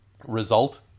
result